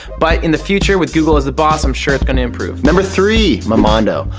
but in the future with google as the boss, i'm sure it's going to improve. number three momondo.